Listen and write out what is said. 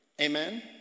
Amen